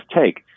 take